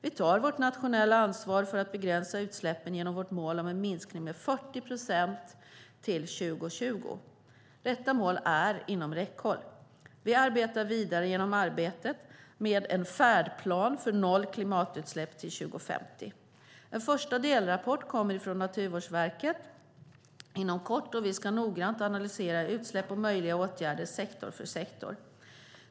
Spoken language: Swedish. Vi tar vårt nationella ansvar för att begränsa utsläppen genom vårt mål om en minskning med 40 procent till 2020. Detta mål är inom räckhåll. Vi arbetar vidare genom arbetet med en färdplan för noll klimatutsläpp till 2050. En första delrapport kommer från Naturvårdsverket inom kort, och vi ska noggrant analysera utsläpp och möjliga åtgärder sektor för sektor.